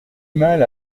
mal